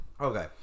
Okay